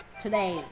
today